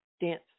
dance